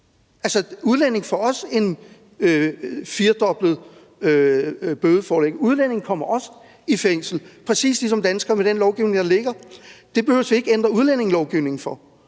Udlændinge får også et firdoblet bødeforlæg, udlændinge kommer også i fængsel, præcis ligesom danskere, med den lovgivning, der ligger. Det behøver vi ikke at ændre udlændingelovgivningen for.